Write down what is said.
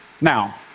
Now